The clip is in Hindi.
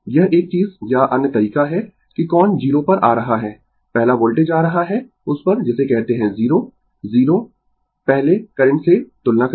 यह एक चीज या अन्य तरीका है कि कौन 0 पर आ रहा है पहला वोल्टेज आ रहा है उस पर जिसे कहते है 0 0 पहले करेंट से तुलना करें